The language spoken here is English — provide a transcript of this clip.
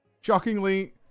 Shockingly